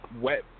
wet